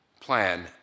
plan